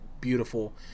beautiful